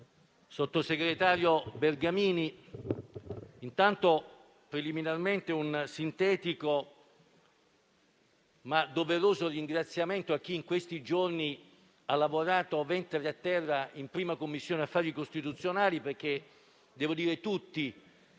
sottosegretario Bergamini, preliminarmente un sintetico ma doveroso ringraziamento a chi in questi giorni ha lavorato, ventre a terra, in 1a Commissione affari costituzionali. Devo dire che tutti